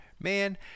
Man